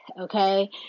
okay